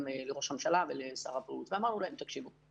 לראש הממשלה ולשר הבריאות ואמרנו להם: תקשיבו,